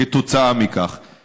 בעקבות זאת.